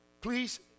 please